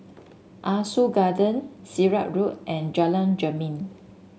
Ah Soo Garden Sirat Road and Jalan Jermin